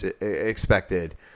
expected